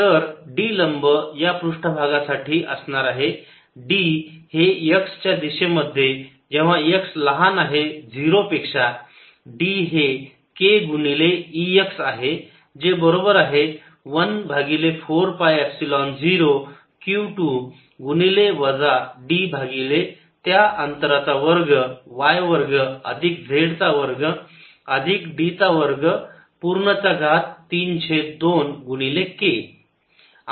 तर D लंब या पृष्ठभागास साठी असणार आहे D हे x च्या दिशेमध्ये जेव्हा x लहान आहे 0 पेक्षा D हे k गुणिले E x आहे जे बरोबर आहे 1 भागिले 4 पाय एपसिलोन झिरो q 2 गुणिले वजा d भागिले त्या अंतराचा वर्ग y वर्ग अधिक z चा वर्ग अधिक d चा वर्ग पूर्ण चा घात 3 छेद 2 गुणिले k